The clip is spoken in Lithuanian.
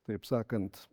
taip sakant